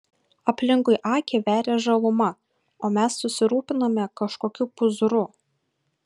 aplinkui akį veria žaluma o mes susirūpinome kažkokiu pūzru